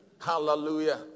Hallelujah